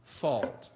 fault